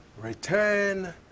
return